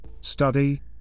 study